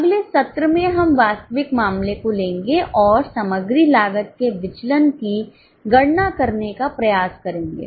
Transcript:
अगले सत्र में हम वास्तविक मामले को लेंगे और सामग्री लागत के विचलन की गणना करने का प्रयास करेंगे